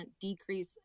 decrease